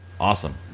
Awesome